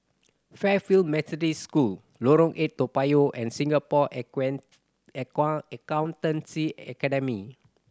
Fairfield Methodist School Lorong Eight Toa Payoh and Singapore Accountancy Academy